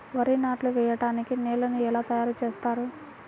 వరి నాట్లు వేయటానికి నేలను ఎలా తయారు చేస్తారు?